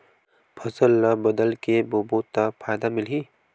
फसल ल बदल के बोबो त फ़ायदा मिलही?